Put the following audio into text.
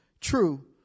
true